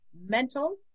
mental